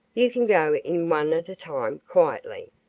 you can go in one at a time, quietly.